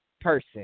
person